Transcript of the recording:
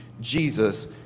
Jesus